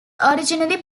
originally